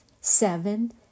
seven